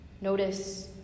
Notice